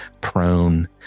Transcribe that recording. prone